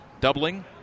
doubling